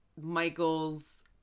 Michael's